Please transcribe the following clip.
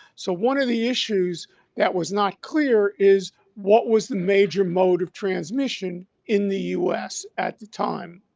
so, one of the issues that was not clear is what was the major mode of transmission in the us at the time.